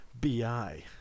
BI